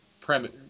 premise